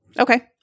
Okay